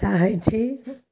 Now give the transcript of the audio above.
चाहैत छी